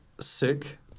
sick